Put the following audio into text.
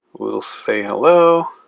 we'll say, hello.